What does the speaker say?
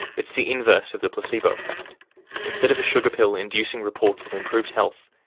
it's the inverse of the placebo effect instead of a sugar pill inducing reports of improved health,